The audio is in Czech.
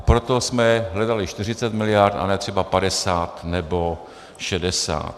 Proto jsme hledali 40 mld. a ne třeba 50 nebo 60.